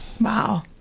Wow